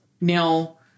Now